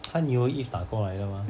他 new year eve 打过来的 mah